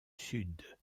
sud